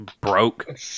broke